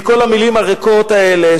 כי כל המלים הריקות האלה,